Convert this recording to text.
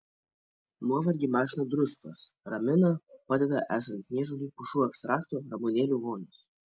nuovargį mažina druskos ramina padeda esant niežuliui pušų ekstrakto ramunėlių vonios